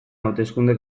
hauteskunde